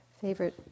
favorite